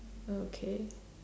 okay